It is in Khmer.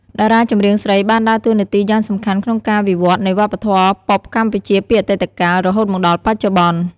តារាចម្រៀងស្រីបានដើរតួនាទីយ៉ាងសំខាន់ក្នុងការវិវត្តន៍នៃវប្បធម៌ប៉ុបកម្ពុជាពីអតីតកាល រហូតមកដល់បច្ចុប្បន្ន។